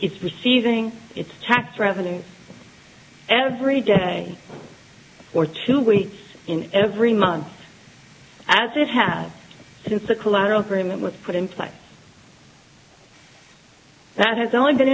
is receiving its tax revenues every day or two weeks in every month as it has since the collateral grammont was put in place that has only been